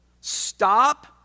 Stop